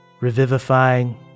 revivifying